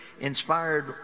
inspired